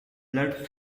blood